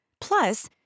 Plus